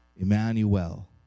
Emmanuel